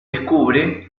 descubre